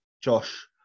Josh